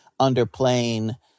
underplaying